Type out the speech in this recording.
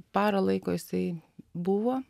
parą laiko jisai buvo